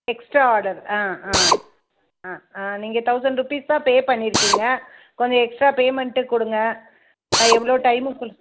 extra order ஆ ஆ ஆ நீங்கள் தொளசண்ட் ருபீஸ் தான் பே பண்ணியிருக்கீங்க கொஞ்சம் எக்ஸ்டா பேமண்ட்டு கொடுங்க எவ்வளோ டைமுக்குள்ள